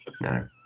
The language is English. No